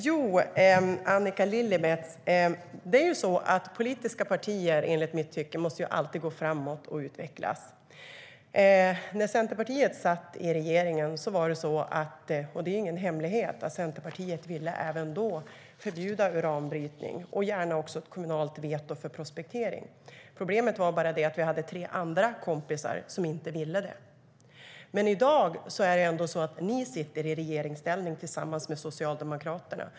Herr ålderspresident! Politiska partier måste enligt mitt tycke alltid gå framåt och utvecklas, Annika Lillemets. När Centerpartiet satt i regeringen var det ingen hemlighet att Centerpartiet redan då ville förbjuda uranbrytning och gärna också ha ett kommunalt veto för prospektering. Problemet var bara att vi hade tre andra kompisar som inte ville det. I dag sitter ni i regeringsställning tillsammans med Socialdemokraterna.